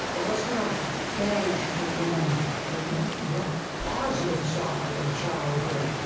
but let's not um banish from them them the positive side of childhood,